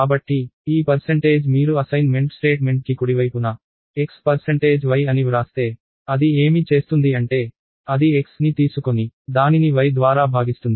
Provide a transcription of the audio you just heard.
కాబట్టి ఈ పర్సెంటేజ్ మీరు అసైన్మెంట్ స్టేట్మెంట్కి కుడివైపున x పర్సెంటేజ్ y xy అని వ్రాస్తే అది ఏమి చేస్తుంది అంటే అది x ని తీసుకొని దానిని y ద్వారా భాగిస్తుంది